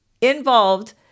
involved